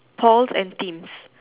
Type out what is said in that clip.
Paul and Kim's